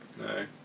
No